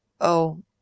Oh